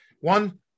one